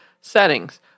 settings